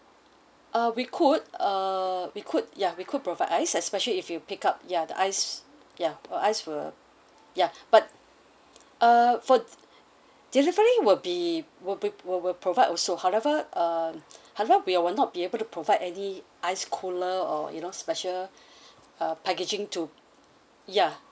uh we could err we could ya we could provide ice especially if you pick up ya the ice ya uh ice will ya but uh for delivery would be would be we will provide also however err however we will not be able to provide any ice cooler or you know special uh packaging to ya